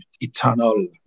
eternal